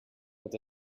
what